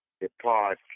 depart